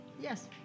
Yes